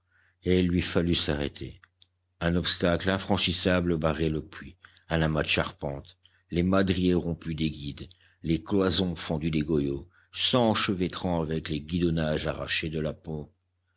et il lui fallut s'arrêter un obstacle infranchissable barrait le puits un amas de charpentes les madriers rompus des guides les cloisons fendues des goyots s'enchevêtrant avec les guidonnages arrachés de la pompe